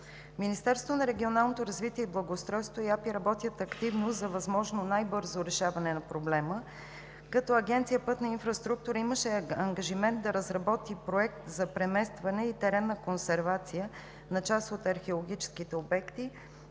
Министерството на регионалното развитие и благоустройството и Агенция „Пътна инфраструктура“ работят активно за възможно най-бързо решаване на проблема, като Агенция „Пътна инфраструктура“ имаше ангажимент да разработи Проект за преместване и теренна консервация на част от археологическите обекти.